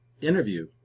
interview